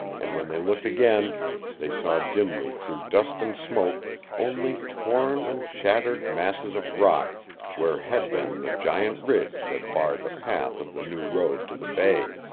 and when they looked again they saw dimly through dust and smoke only torn and shattered masses of rock where had been the giant ridge that barred the path of the new road to the bay.